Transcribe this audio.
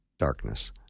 darkness